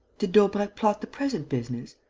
did daubrecq plot the present business?